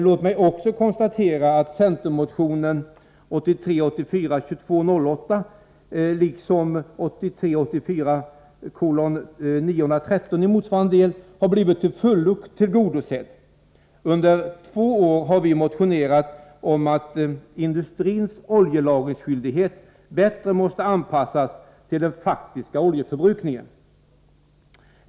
Låt mig också konstatera att centermotionen 1983 84:913 i motsvarande del har blivit till fulio tillgodosedda. Under två år har vi motionerat om att industrins oljelagringsskyldighet bättre måste anpassas till den faktiska oljeförbrukningen.